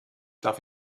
darf